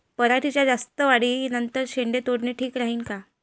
पराटीच्या जास्त वाढी नंतर शेंडे तोडनं ठीक राहीन का?